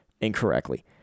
incorrectly